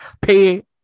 Pay